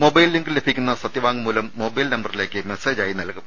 mobile ലിങ്കിൽ ലഭിക്കുന്ന സത്യവാങ്മൂലം മൊബൈൽ നമ്പറിലേക്ക് മെസ്സേജായി നൽകും